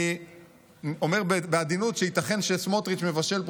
אני אומר בעדינות שייתכן שסמוטריץ' מבשל פה